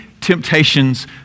temptations